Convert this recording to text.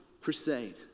crusade